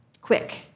Quick